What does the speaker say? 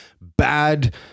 bad